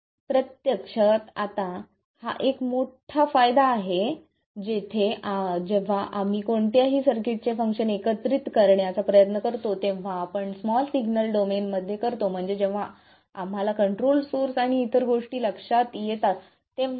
आता प्रत्यक्षात हा एक मोठा फायदा आहे कारण जेव्हा आम्ही कोणत्याही सर्किटचे फंक्शन एकत्रित करण्याचा प्रयत्न करतो तेव्हा आपण ते स्मॉल सिग्नल डोमेनमध्ये करतो म्हणजे जेव्हा आम्हाला कंट्रोल्ड सोर्स आणि इतर गोष्टी लक्षात येतात तेव्हा